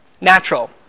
natural